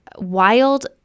wild